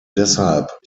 deshalb